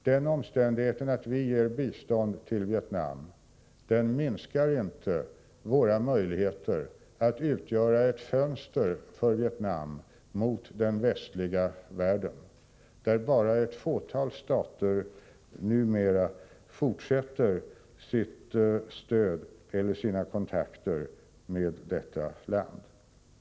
Den omständigheten att vi ger bistånd till Vietnam minskar inte våra möjligheter att utgöra ett fönster för Vietnam mot den västliga världen, när bara ett fåtal stater numera fortsätter sitt stöd till eller sina kontakter med detta land.